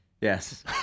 Yes